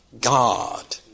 God